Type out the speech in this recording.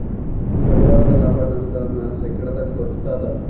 ಬಂಡವಾಳದ ಲಾಭ, ನಷ್ಟ ನ ಶೇಕಡದಾಗ ತೋರಿಸ್ತಾದ